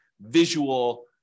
visual